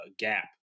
gap